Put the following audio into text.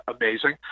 amazing